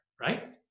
right